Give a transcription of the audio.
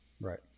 Right